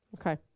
okay